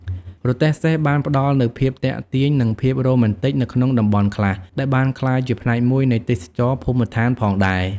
រទេះសេះបានផ្តល់នូវភាពទាក់ទាញនិងភាពរ៉ូមែនទិកនៅក្នុងតំបន់ខ្លះ ដែលបានក្លាយជាផ្នែកមួយនៃទេសចរណ៍ភូមិដ្ឋានផងដែរ។